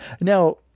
Now